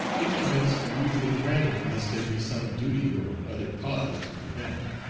these permits are usually granted, unless there be some duty or other cause to prevent.